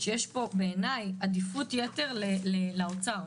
שיש פה בעיני עדיפות יתר לאוצר.